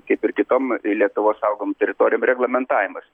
kaip ir kitom lietuvos saugomom teritorijom reglamentavimas